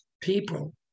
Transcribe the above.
people